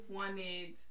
wanted